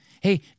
Hey